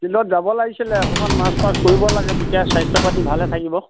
ফিল্ডত যাব লাগিছিলে অকমান মাৰ্চ পাষ্ট কৰিব লাগে তেতিয়া স্বাস্থ্য পাতি ভালে থাকিব